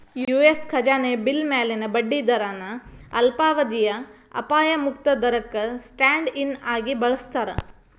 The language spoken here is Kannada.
ಯು.ಎಸ್ ಖಜಾನೆ ಬಿಲ್ ಮ್ಯಾಲಿನ ಬಡ್ಡಿ ದರನ ಅಲ್ಪಾವಧಿಯ ಅಪಾಯ ಮುಕ್ತ ದರಕ್ಕ ಸ್ಟ್ಯಾಂಡ್ ಇನ್ ಆಗಿ ಬಳಸ್ತಾರ